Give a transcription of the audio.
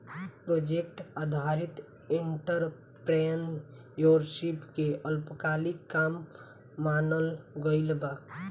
project आधारित entrepreneurship के अल्पकालिक काम मानल गइल बा